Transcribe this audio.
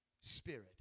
Spirit